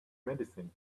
medicine